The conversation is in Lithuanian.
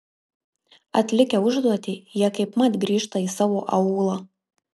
atlikę užduotį jie kaipmat grįžta į savo aūlą